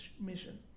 mission